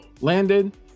landed